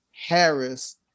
Harris